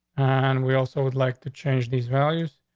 and we also would like to change these values.